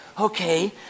Okay